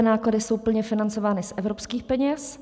Mzdové náklady jsou plně financovány z evropských peněz.